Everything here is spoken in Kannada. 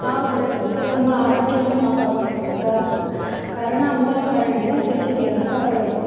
ಹಾವು ಬರದಂತೆ ನಮ್ಮ ಆರೋಗ್ಯವನ್ನು ನಾವು ಕಾಪಾಡ್ಕೊಬೇಕು ಅದಕ್ಕೆ ಕಾರಣ ಮೂಲ ಕಾರಣ ಏನು ಸ್ವಚ್ಛತೆಯನ್ನ ಕಾಪಾಡಬೇಕು